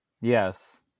Yes